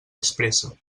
expressa